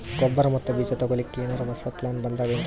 ಗೊಬ್ಬರ ಮತ್ತ ಬೀಜ ತೊಗೊಲಿಕ್ಕ ಎನರೆ ಹೊಸಾ ಪ್ಲಾನ ಬಂದಾವೆನ್ರಿ?